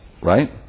right